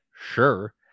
sure